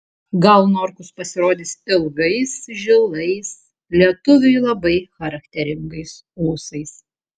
gal norkus pasirodys ilgais žilais lietuviui labai charakteringais ūsais